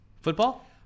Football